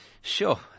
Sure